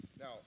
Now